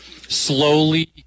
slowly